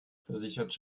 versichert